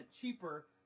cheaper